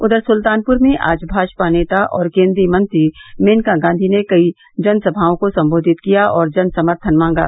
उधर सुल्तानपुर में आज भाजपा नेता और केन्द्रीय मंत्री मेनका गांधी ने कई जनसभाओं को संबोधित किया और जनसमर्थन मांगा